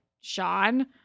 Sean